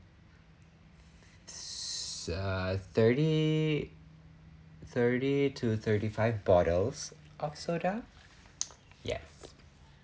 s~ uh thirty thirty to thirty five bottles of soda yes